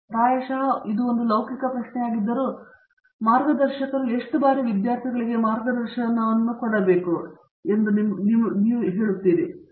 ಪ್ರಾಯಶಃ ಒಂದು ಲೌಕಿಕ ಪ್ರಶ್ನೆಯಾಗಿದ್ದರೂ ಮಾರ್ಗದರ್ಶಕರು ಎಷ್ಟು ಬಾರಿ ವಿದ್ಯಾರ್ಥಿಗಳಿಗೆ ಮಾರ್ಗದರ್ಶನವನ್ನು ಪೂರೈಸಬೇಕು ಎಂದು ನಿಮಗೆ ತಿಳಿದಿರುತ್ತದೆಯೇ